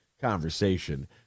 conversation